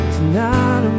Tonight